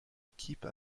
équipe